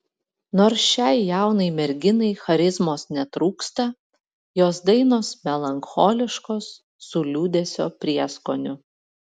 nors šiai jaunai merginai charizmos netrūksta jos dainos melancholiškos su liūdesio prieskoniu